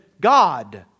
God